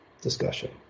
discussion